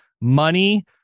money